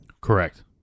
Correct